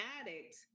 addict